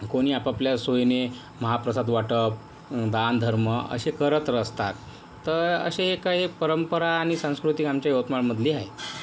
कोणी आपापल्या सोयीने महाप्रसाद वाटप दानधर्म असे करत असतात तर असे काही परंपरा आणि संस्कृती आमच्या यवतमाळमधली आहे